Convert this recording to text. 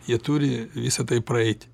jie turi visa tai praeiti